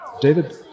David